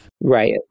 Right